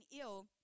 ill